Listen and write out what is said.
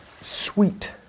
sweet